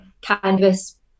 canvas